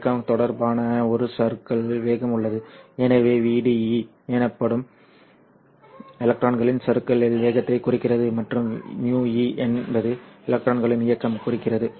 இயக்கம் தொடர்பான ஒரு சறுக்கல் வேகம் உள்ளது எனவே vde என்பது எலக்ட்ரான்களின் சறுக்கல் வேகத்தை குறிக்கிறது மற்றும் μe என்பது எலக்ட்ரான்களின் இயக்கம் குறிக்கிறது